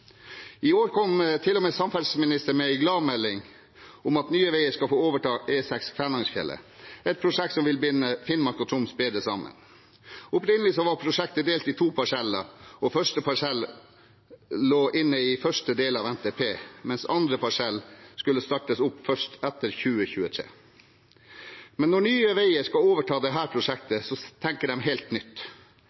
I år kom samferdselsministeren til og med med en gladmelding om at Nye veier skal få overta E6 Kvænangsfjellet, et prosjekt som vil binde Finnmark og Troms bedre sammen. Opprinnelig var prosjektet delt i to parseller, og første parsell lå inne i første del av NTP, mens andre parsell skulle startes opp først etter 2023. Men når Nye veier skal overta dette prosjektet, tenker de helt nytt.